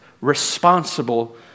responsible